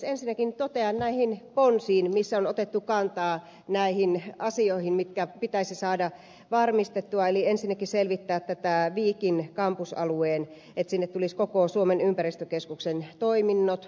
ensinnäkin totean näistä ponsista joissa on otettu kantaa näihin asioihin jotka pitäisi saada varmistettua ensinnäkin siitä että pitäisi selvittää tätä viikin kampusaluetta jonne tulisi koko suomen ympäristökeskuksen toiminnot